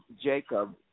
Jacob